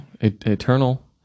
eternal